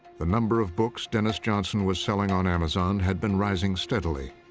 the number of books dennis johnson was selling on amazon had been rising steadily.